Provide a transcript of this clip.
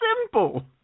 simple